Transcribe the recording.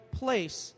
place